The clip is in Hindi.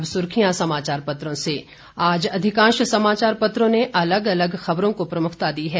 और अब सुर्खियां समाचार पत्रों से आज अधिकांश समाचार पत्रों ने अलग अलग खबरों को प्रमुखता दी है